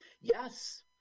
Yes